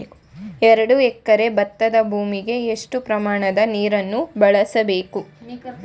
ಎರಡು ಎಕರೆ ಭತ್ತದ ಭೂಮಿಗೆ ಎಷ್ಟು ಪ್ರಮಾಣದ ನೀರನ್ನು ಬಳಸಬೇಕು?